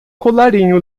colarinho